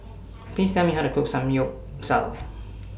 Please Tell Me How to Cook Samgyeopsal